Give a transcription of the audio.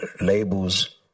labels